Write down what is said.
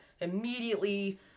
immediately